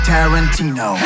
Tarantino